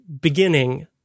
beginning